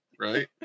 right